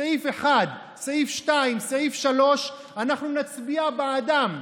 סעיף 1, סעיף 2, סעיף 3, אנחנו נצביע בעדם.